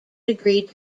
agreed